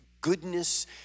goodness